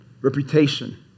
reputation